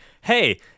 hey